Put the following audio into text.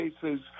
cases